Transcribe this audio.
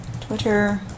Twitter